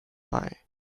bei